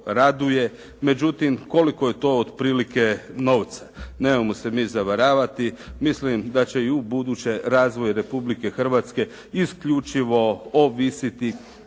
međutim koliko je to otprilike novca. Nemojmo se mi zavaravati, mislim da će i ubuduće razvoj Republike Hrvatske isključivo ovisiti